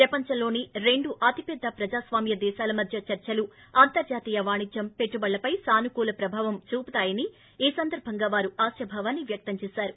ప్రపంచంలోని రెండు అతి పెద్ద ప్రజాస్వామ్న దేశాల మధ్య చర్సలు అంతర్లాతీయ వాణిజ్యం పెట్టుబడులపై సానుకూల ప్రభావం చూపుతాయని ఈ సందర్బంగా వారు ఆశాభావం వ్యక్తం చేశారు